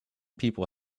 people